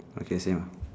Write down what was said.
okay same ah